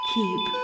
Keep